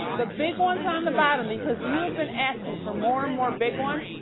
the big ones on the bottom because you have been asking for more and more big ones,